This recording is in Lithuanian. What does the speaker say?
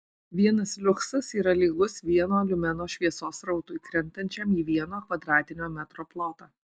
vienas liuksas yra lygus vieno liumeno šviesos srautui krentančiam į vieno kvadratinio metro plotą